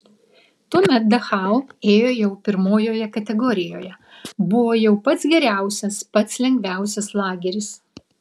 tuomet dachau ėjo jau pirmojoje kategorijoje buvo jau pats geriausias pats lengviausias lageris